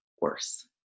worse